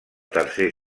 tercer